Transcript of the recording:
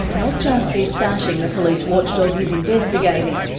not just this bashing the police watchdog is investigating,